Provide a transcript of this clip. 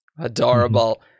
Adorable